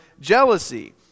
jealousy